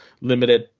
limited